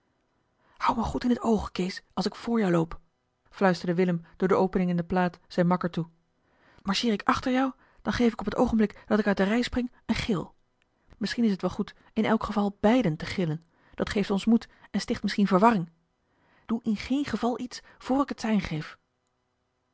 houd me goed in het oog kees als ik vr jou loop fluisterde willem door de opening in de plaat zijn makker toe marcheer ik achter jou dan geef ik op het oogenblik dat ik uit de rij spring een gil misschien is het wel goed in elk geval beiden te gillen dat geeft ons moed en sticht misschien verwarring doe in geen geval iets voor ik het sein geef